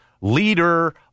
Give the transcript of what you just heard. leader